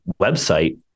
website